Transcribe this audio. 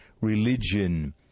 religion